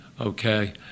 okay